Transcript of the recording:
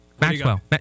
Maxwell